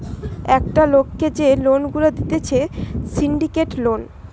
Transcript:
একটা লোককে যে লোন গুলা দিতেছে সিন্ডিকেট লোন